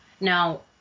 Now